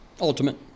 Ultimate